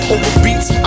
Overbeats